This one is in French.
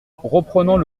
reprenant